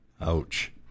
Ouch